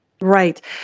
Right